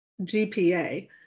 GPA